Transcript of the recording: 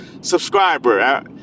subscriber